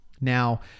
now